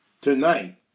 tonight